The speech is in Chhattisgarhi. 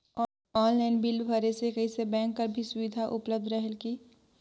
ऑनलाइन बिल भरे से कइसे बैंक कर भी सुविधा उपलब्ध रेहेल की?